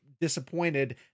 disappointed